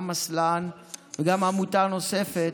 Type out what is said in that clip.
גם מסל"ן וגם עמותה נוספת,